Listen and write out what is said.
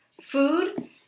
food